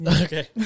Okay